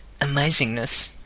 amazingness